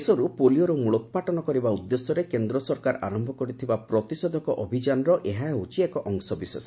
ଦେଶରୁ ପୋଲିଓର ମୂଳୋପ୍ାଟନ କରିବା ଉଦ୍ଦେଶ୍ୟରେ କେନ୍ଦ୍ର ସରକାର ଆରମ୍ଭ କରିଥିବା ପ୍ରତିଷେଧକ ଅଭିଯାନର ଏହା ହେଉଛି ଏକ ଅଂଶବିଶେଷ